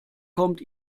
kommt